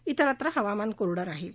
इतरत्र हवामान कोरडं राहील